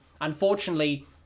Unfortunately